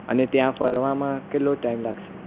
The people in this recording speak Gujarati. અને ત્યાં ફરવામાં કેટલો ટાઈમ લાગશે